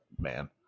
man